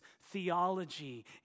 theology